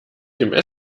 dem